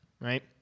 right